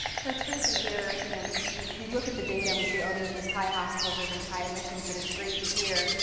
so it's great to hear, you know, we look at the data and we see, oh, there's these high hospital visits, high admissions, but it's great to hear,